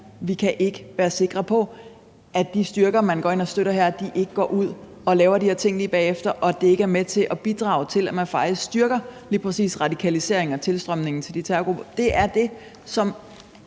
ærligt ikke være sikre på, at de styrker, som man her går ind og støtter, ikke går ud og laver de her ting lige bagefter, og at det faktisk ikke lige præcis er med til at bidrage til, at man styrker radikaliseringen og tilstrømningen til de terrorgrupper. Det er det, som